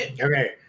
Okay